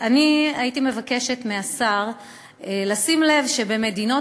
אני הייתי מבקשת מהשר לשים לב שבמדינות